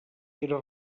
era